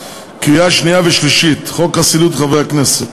בקריאה שנייה ושלישית, חוק חסינות חברי הכנסת.